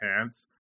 pants